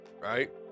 right